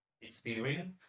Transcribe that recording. experience